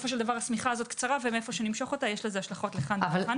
והשמיכה הזאת קצרה ומאיפה שנמשוך אותה יש לזה השלכות לכאן ולכאן.